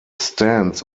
stands